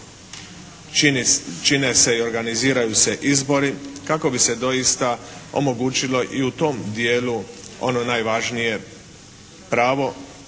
Čine se i organiziraju se izbori kako bi se doista omogućilo i u tom dijelu ono najvažnije pravo